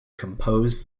compose